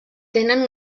tenen